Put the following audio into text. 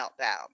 meltdown